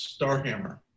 *Starhammer*